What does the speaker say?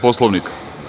Poslovnika?